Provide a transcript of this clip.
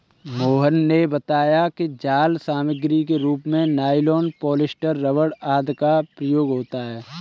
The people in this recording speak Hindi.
मोहन ने बताया कि जाल सामग्री के रूप में नाइलॉन, पॉलीस्टर, रबर आदि का प्रयोग होता है